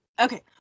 Okay